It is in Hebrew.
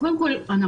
קודם כל,